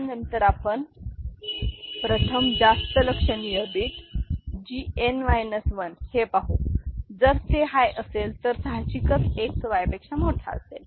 त्यानंतर आपण प्रथम जास्त लक्षणीय बीट Gn 1 हे पाहू जर ते हाय असेल तर सहाजिकच X Y पेक्षा मोठा असेल